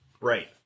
Right